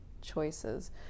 choices